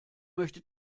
möchte